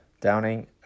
Downing